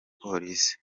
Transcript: polisi